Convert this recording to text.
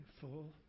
full